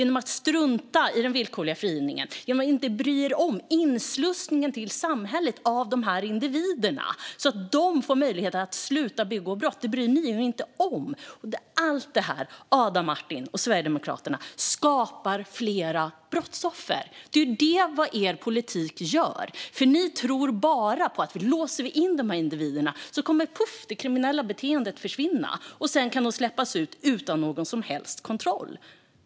Ni struntar i den villkorliga frigivningen och bryr er inte om inslussningen till samhället av dessa individer, så att de får möjlighet att sluta begå brott. Allt detta, Adam Marttinen och Sverigedemokraterna, skapar fler brottsoffer. Det är det er politik gör. Ni tror att om vi bara låser in dessa individer så - poff! - kommer det kriminella beteendet att försvinna. Och så kan de släppas ut, utan någon som helst kontroll.